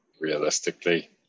Realistically